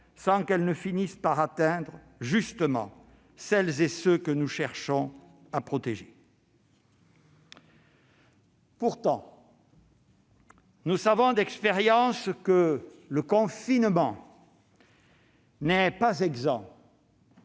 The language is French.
sans qu'elle finisse par atteindre celles et ceux que nous cherchons justement à protéger. Pourtant, nous savons d'expérience que le confinement n'est pas exempt